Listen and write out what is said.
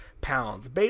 pounds